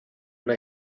una